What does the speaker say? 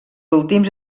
últims